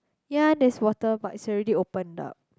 ya there is water but is already open up